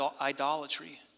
idolatry